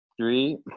Three